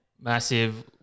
massive